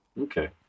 Okay